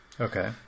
okay